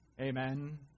Amen